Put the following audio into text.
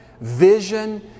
vision